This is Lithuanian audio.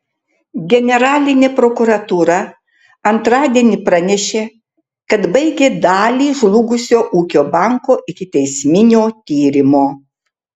generalinė prokuratūra antradienį pranešė kad baigė dalį žlugusio ūkio banko ikiteisminio tyrimo